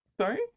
Sorry